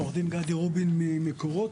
עו"ד גדי רובין ממקורות.